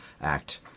Act